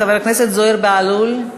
חבר הכנסת זוהיר בהלול.